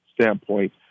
standpoint